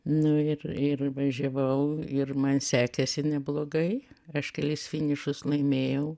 nu ir ir važiavau ir man sekėsi neblogai aš kelis finišus laimėjau